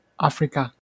Africa